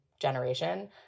generation